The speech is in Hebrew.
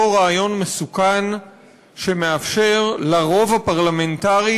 אותו רעיון מסוכן שמאפשר לרוב הפרלמנטרי